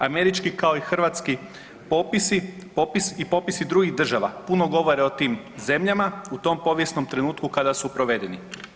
Američki, kao i hrvatski popisi, popis i popisi drugih država puno govore o tim zemljama u tom povijesnom trenutku kada su provedeni.